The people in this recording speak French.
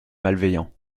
malveillants